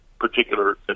particular